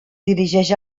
dirigeix